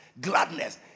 gladness